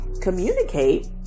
communicate